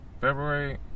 February